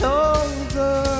over